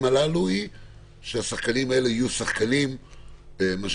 הללו היא שהשחקנים האלה יהיו שחקנים מסודרים,